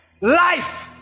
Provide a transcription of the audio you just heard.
life